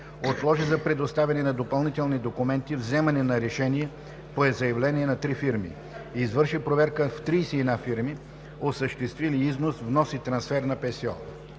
отложи за представяне на допълнителни документи, вземане на решение по заявление на 3 фирми; - извърши проверки в 31 фирми, осъществили износ, внос и трансфер на ПСО.